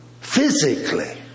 physically